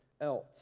else